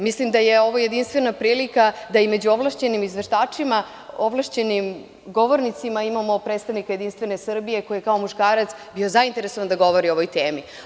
Mislim da je ovo jedinstvena prilika da među ovlašćenim izveštačima, ovlašćenim govornicima imamo i predstavnika Jedinstvene Srbije koji je kao muškarac bio zainteresovan da govori o ovoj temi.